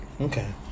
Okay